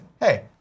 hey